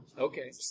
Okay